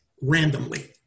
randomly